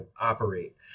operate